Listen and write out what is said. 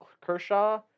Kershaw